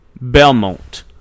Belmont